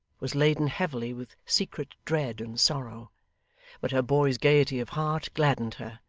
was laden heavily with secret dread and sorrow but her boy's gaiety of heart gladdened her,